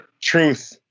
truth